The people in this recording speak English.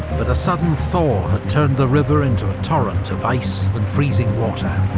but a sudden thaw had turned the river into a torrent of ice and freezing water.